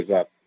up